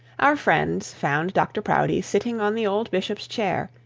our friends found dr proudie sitting on the old bishop's chair,